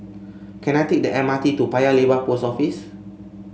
can I take the M R T to Paya Lebar Post Office